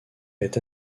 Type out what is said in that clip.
est